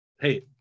Hey